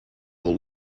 will